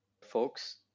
folks